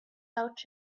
out